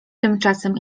tymczasem